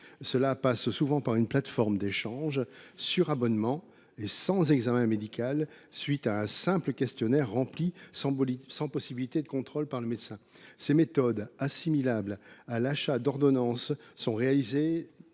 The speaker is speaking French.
délivrées par une plateforme d’échange sur abonnement et sans examen médical, à la suite d’un simple questionnaire rempli sans possibilité de contrôle par le médecin. Ces méthodes, assimilables à de l’achat d’ordonnances, ne sont réalisées